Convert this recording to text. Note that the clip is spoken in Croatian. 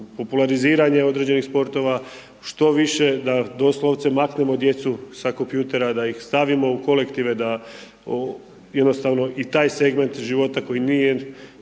populariziranje određenih sportova, što više da doslovce maknemo djecu sa kompjutera, da ih stavimo u kolektive, da jednostavno i taj segment života koji nije,